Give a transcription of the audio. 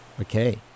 Okay